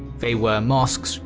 they were mosques,